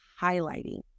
highlighting